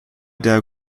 der